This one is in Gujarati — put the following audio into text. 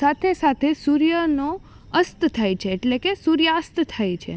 સાથે સાથે સૂર્યનો અસ્ત થાય છે એટલે સૂર્યાસ્ત થાય છે